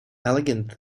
elegant